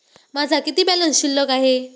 माझा किती बॅलन्स शिल्लक आहे?